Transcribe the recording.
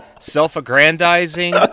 self-aggrandizing